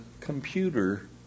computer